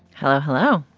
hello. hello.